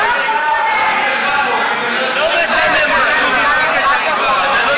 מה זה, הייתה הסעה?